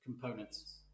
components